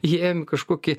įėjom į kažkokį